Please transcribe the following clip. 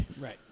right